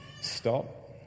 stop